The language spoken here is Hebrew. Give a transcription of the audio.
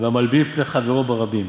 והמלבין פני חברו ברבים,